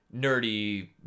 nerdy